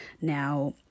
Now